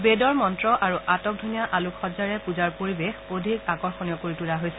বেদৰ মন্ত আৰু আটকধনীয়া আলোকসজ্জাৰে পূজাৰ পৰিৱেশ অধিক আকৰ্যণীয় কৰি তোলা হৈছে